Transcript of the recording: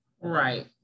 Right